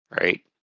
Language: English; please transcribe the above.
right